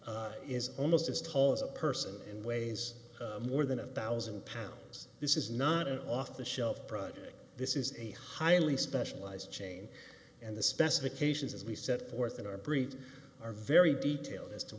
chain is almost as tall as a person and weighs more than a thousand pounds this is not an off the shelf product this is a highly specialized chain and the specifications as we set forth in our brief are very detailed as to